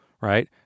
right